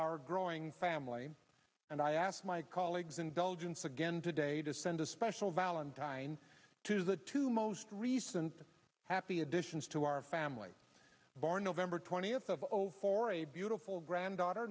our growing family and i ask my colleagues indulgence again today to send a special valentine to the two most recent happy additions to our family born november twentieth of zero for a beautiful granddaughter